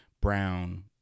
Brown